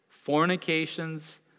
fornications